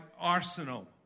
arsenal